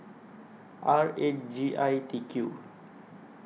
R eight G I T Q